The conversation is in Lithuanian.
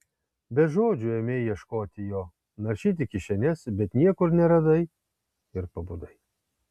be žodžių ėmei ieškoti jo naršyti kišenes bet niekur neradai ir pabudai